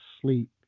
sleep